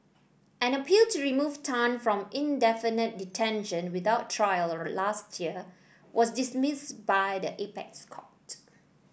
an appeal to remove Tan from indefinite detention without trial last year was dismissed by the apex court